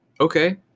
okay